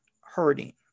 hurting